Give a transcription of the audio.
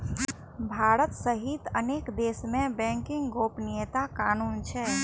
भारत सहित अनेक देश मे बैंकिंग गोपनीयता कानून छै